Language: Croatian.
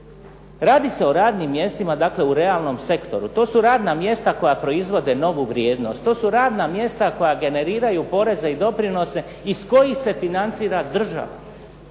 Radi se o radnim mjestima, dakle u realnom sektoru. To su radna mjesta koja proizvode novu vrijednost. To su radna mjesta koja generiraju poreze i doprinose iz kojih se financira država.